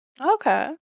Okay